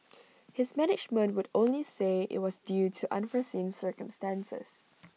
his management would only say IT was due to unforeseen circumstances